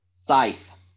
Scythe